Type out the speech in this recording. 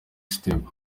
step